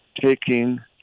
taking